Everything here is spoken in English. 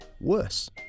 worse